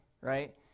right